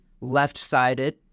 left-sided